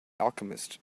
alchemist